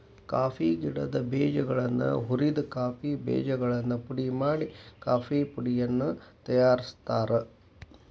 coffee ಗಿಡದ ಬೇಜಗಳನ್ನ ಹುರಿದ ಕಾಫಿ ಬೇಜಗಳನ್ನು ಪುಡಿ ಮಾಡಿ ಕಾಫೇಪುಡಿಯನ್ನು ತಯಾರ್ಸಾತಾರ